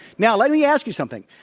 now, let me ask you something.